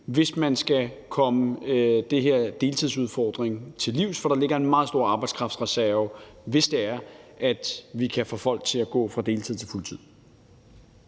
hvis man skal komme den her deltidsudfordring til livs, for der ligger en meget stor arbejdskraftreserve, hvis vi kan få folk til at gå fra deltid til fuld tid.